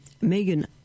Megan